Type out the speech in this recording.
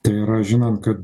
tai yra žinant kad